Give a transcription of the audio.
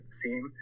seem